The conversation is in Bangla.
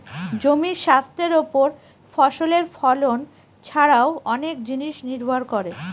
জমির স্বাস্থ্যের ওপর ফসলের ফলন ছারাও অনেক জিনিস নির্ভর করে